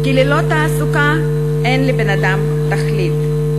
כי ללא תעסוקה אין לבן-אדם תכלית,